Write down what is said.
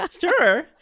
Sure